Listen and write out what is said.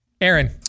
Aaron